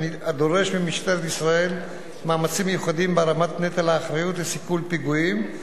הדורש ממשטרת ישראל מאמצים מיוחדים בהרמת נטל האחריות לסיכול פיגועים,